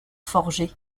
forgé